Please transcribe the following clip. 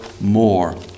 more